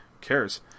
cares